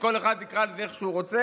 כל אחד יקרא לזה איך שהוא רוצה,